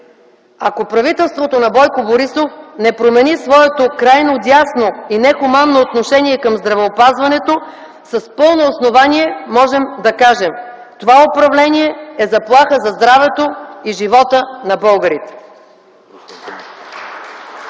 Ако правителството на Бойко Борисов не промени своето крайно дясно и нехуманно отношение към здравеопазването, с пълно основание можем да кажем: това управление е заплаха за здравето и живота на българите.”